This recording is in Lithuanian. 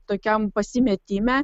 tokiam pasimetime